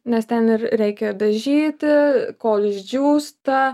nes ten ir reikia dažyti kol išdžiūsta